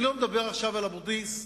אני לא מדבר עכשיו על אבו-דיס,